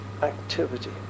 activity